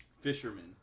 fisherman